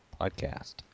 podcast